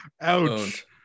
Ouch